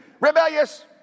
Rebellious